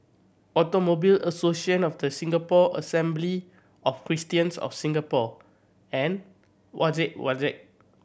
Automobile Association of The Singapore Assembly of Christians of Singapore and Wajek Wajek